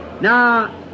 Now